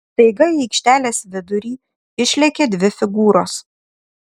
staiga į aikštelės vidurį išlėkė dvi figūros